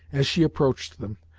as she approached them,